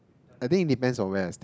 I think it depends on West